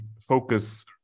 focus